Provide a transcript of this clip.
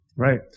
Right